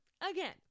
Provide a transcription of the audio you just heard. Again